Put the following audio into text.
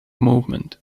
movement